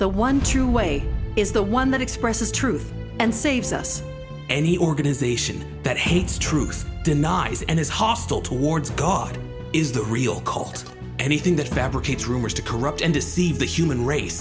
the one true way is the one that expresses truth and saves us any organization that hates truth denies and is hostile towards god is the real cult anything that fabricate rumors to corrupt and deceive the human race